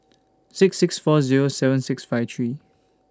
six six four Zero seven six five three